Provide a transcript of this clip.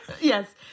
Yes